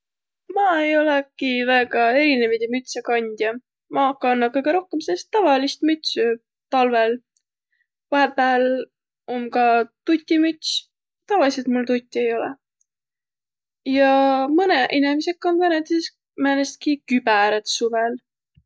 Ma ei olõki väega erinevide mütse kandja. Maq kanna kõgõ rohkõmb säänest tavalist mütsü talvõl. Vaheqpääl om ka tutimüts. Tavaliselt mu tutti ei olõ. Ja mõnõq inemiseq kandvaq näütüses määnestki kübärät suvõl.